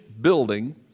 building